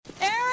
Eric